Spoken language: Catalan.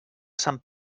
sant